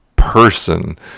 person